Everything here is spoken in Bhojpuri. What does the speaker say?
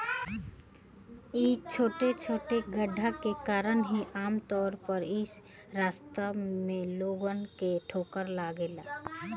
इ छोटे छोटे गड्ढे के कारण ही आमतौर पर इ रास्ता में लोगन के ठोकर लागेला